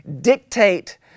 dictate